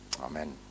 Amen